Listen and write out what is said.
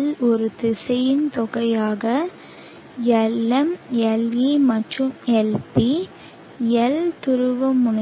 L ஒரு திசையன் தொகையாக Lm Le மற்றும் Lp L துருவமுனைப்பு